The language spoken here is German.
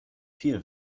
viel